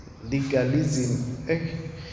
legalism